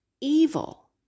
evil